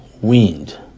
wind